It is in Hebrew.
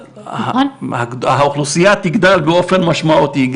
האוכלוסיה תגדל באופן משמעותי.